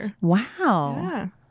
Wow